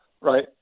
Right